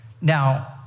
Now